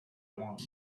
want